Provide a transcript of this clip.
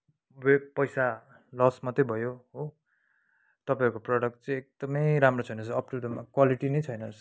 र यो पैसा लोस मात्रै भयो हो तपाईँहरूको प्रडक्ट चाहिँ एकदमै राम्रो छैन रहेछ क्वालिटीनै छैन रहेछ